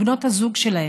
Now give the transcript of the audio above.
לבנות הזוג שלהם,